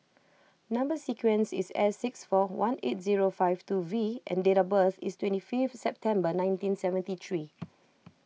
Number Sequence is S six four one eight zero five two V and date of birth is twenty fifth September nineteen seventy three